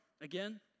Again